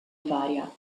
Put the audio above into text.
varia